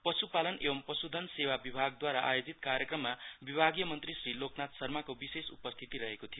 पशुपालन एवम् पशुधन सेवा विभागदूवारा आयोतिज कार्यक्रममा विभागीय मन्त्री श्री लोकनाथ शर्माको विशेष उपस्थिति रहेको थियो